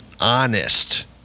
honest